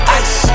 ice